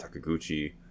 Takaguchi